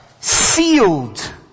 sealed